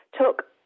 took